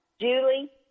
Julie